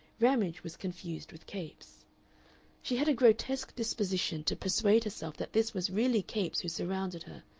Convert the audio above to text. ramage was confused with capes she had a grotesque disposition to persuade herself that this was really capes who surrounded her,